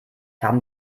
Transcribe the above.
haben